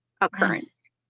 occurrence